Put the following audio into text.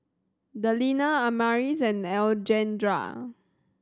Delinda Amaris and Alejandra